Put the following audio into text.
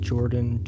Jordan